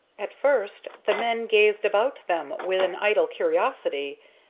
at first the men gazed about them with an idle curiosity,